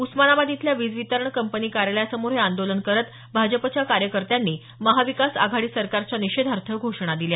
उस्मानाबाद इथल्या वीज वितरण कंपनी कार्यालयासमोर हे आंदोलन करत भाजपच्या कार्यकर्त्यांनी महाविकास आघाडी सरकारच्या निषेधार्थ घोषणा दिल्या